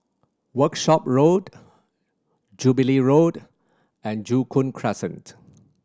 Workshop Road Jubilee Road and Joo Koon Crescent